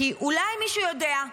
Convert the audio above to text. כי אולי מישהו יודע,